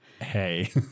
hey